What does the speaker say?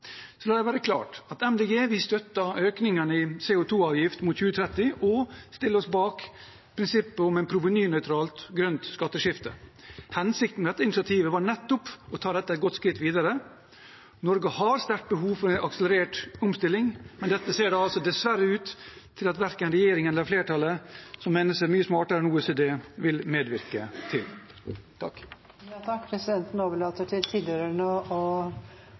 La det være klart at Miljøpartiet De Grønne støtter økningene i CO 2 -avgift mot 2030 og stiller oss bak prinsippet om et provenynøytralt grønt skatteskifte. Hensikten med dette initiativet var nettopp å ta dette et godt skritt videre. Norge har et sterkt behov for en akselerert omstilling, men dette ser det altså dessverre ut til at verken regjeringen eller flertallet, som mener seg mye smartere enn OECD, vil medvirke til. Presidenten overlater til